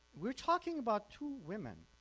we're talking about two women